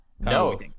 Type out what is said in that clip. no